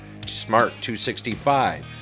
Smart265